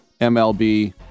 MLB